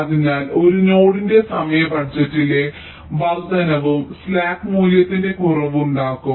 അതിനാൽ ഒരു നോഡിന്റെ സമയ ബജറ്റിലെ വർദ്ധനവും സ്ലാക്ക് മൂല്യത്തിൽ കുറവുണ്ടാക്കും